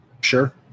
Sure